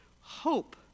Hope